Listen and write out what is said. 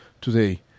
today